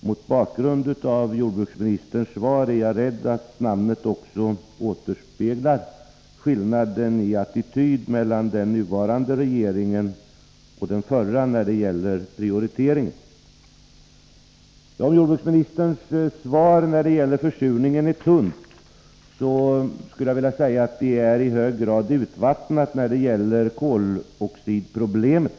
Mot bakgrund av jordbruksministerns svar är jag rädd att namnet också återspeglar skillnaden i attityd mellan den nuvarande regeringen och den förra när det gäller prioriteringarna. Om jordbruksministerns svar när det gäller försurningen är tunt, skulle jag vilja säga att det är i en högre grad urvattnat när det gäller koldioxidproblemet.